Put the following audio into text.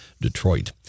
Detroit